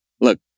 look